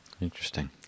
Interesting